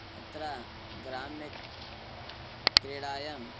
अत्र ग्राम्यक्रीडायाम्